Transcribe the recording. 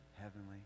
heavenly